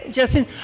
Justin